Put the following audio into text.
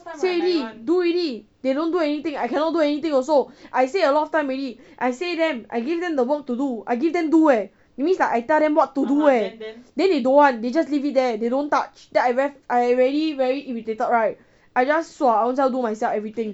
say already do already don't do anything I cannot do anything also I say a lot of time already I say them I give them the work to do I give them do eh that means like I tell them what to do eh then they don't want they just leave it there they don't touch then I very I very I already very irritated right I just sua I ownself do myself everything